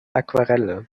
aquarelle